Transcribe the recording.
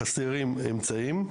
חסרים אמצעים,